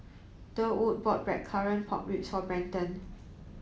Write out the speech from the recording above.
Durwood bought blackcurrant pork ribs for Brenton